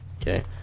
okay